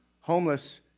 homeless